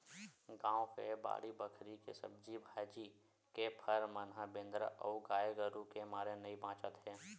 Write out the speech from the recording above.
गाँव के बाड़ी बखरी के सब्जी भाजी, के फर मन ह बेंदरा अउ गाये गरूय के मारे नइ बाचत हे